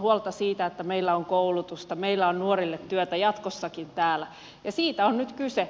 huolta siitä että meillä on koulutusta meillä on nuorille työtä jatkossakin täällä ja siitä on nyt kyse